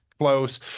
close